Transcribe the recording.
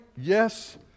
yes